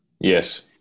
Yes